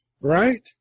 Right